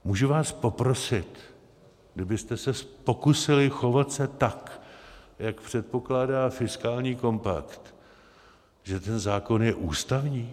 Můžu vás poprosit, kdybyste se pokusili chovat se tak, jak předpokládá fiskální kompakt, že ten zákon je ústavní?